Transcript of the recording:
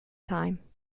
time